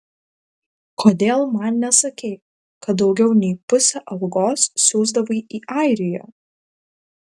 kodėl man nesakei kad daugiau nei pusę algos siųsdavai į airiją